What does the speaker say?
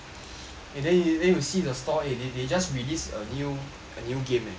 eh then you then you will see the store they they just released a new a new game eh called